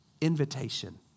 invitation